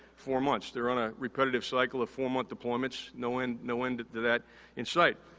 four months. they're on a repetitive cycle of four-month deployments, no end no end to that in sight.